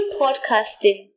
podcasting